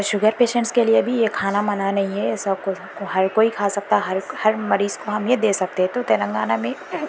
sugar patients کے لیے بھی یہ کھانا منع نہیں ہے اس کو ہر کوئی کھا سکتا ہے ہر ہر مریض کو ہم یہ دے سکتے ہے تو تلنگانہ میں